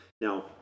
Now